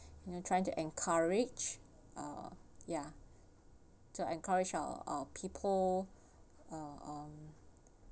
you know trying to encourage uh ya to encourage our our people uh uh